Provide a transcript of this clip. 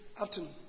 afternoon